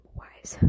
wise